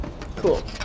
Cool